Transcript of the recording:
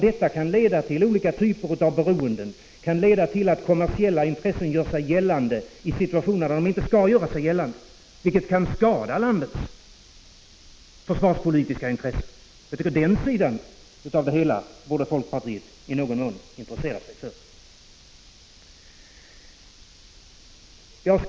Det kan leda till olika typer av beroende, det kan leda till att kommersiella intressen gör sig gällande i situationer när de inte skall göra sig gällande, vilket kan skada landets försvarspolitiska intressen. Den sidan av det hela borde folkpartiet i någon mån intressera sig för.